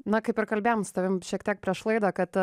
na kaip ir kalbėjom su tavim šiek tiek prieš laidą kad